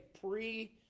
pre-